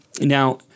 Now